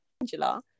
Angela